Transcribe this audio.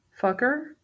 fucker